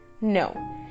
no